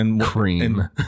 cream